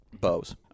bows